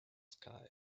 sky